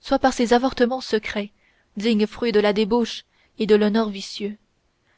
soit par ces avortements secrets dignes fruits de la débauche et de l'honneur vicieux